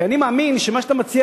כי אני מאמין שמה שאתה מציע,